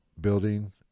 building